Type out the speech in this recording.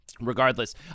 regardless